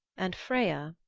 and freya,